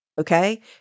Okay